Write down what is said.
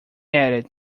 added